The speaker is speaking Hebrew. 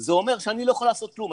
זה אומר שאני לא י כול לעשות כלום,